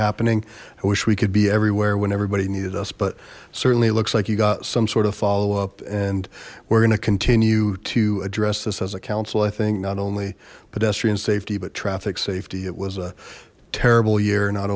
happening i wish we could be everywhere when everybody needed us but certainly it looks like you got some sort of follow up and we're gonna continue to address this as a council i think not only pedestrian safety but traffic safety it was a terrible year not